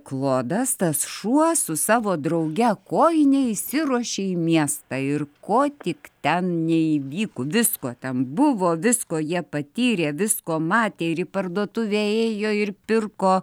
klodas tas šuo su savo drauge kojine išsiruošė į miestą ir ko tik ten neįvyko visko ten buvo visko jie patyrė visko matė ir į parduotuvę ėjo ir pirko